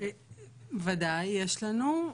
ודאי יש לנו.